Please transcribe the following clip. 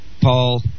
Paul